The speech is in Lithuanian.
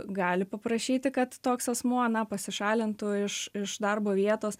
gali paprašyti kad toks asmuo na pasišalintų iš iš darbo vietos